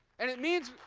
and it means